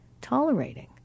tolerating